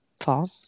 fall